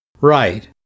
Right